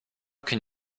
can